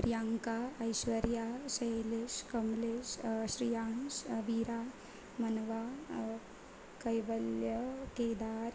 Priyanka Aishwarya Shailesh Kamlesh Shriyansh Veera Manva Kaivalya Kedar